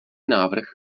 návrh